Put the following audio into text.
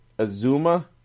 Azuma